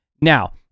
Now